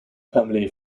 family